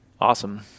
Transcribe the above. Awesome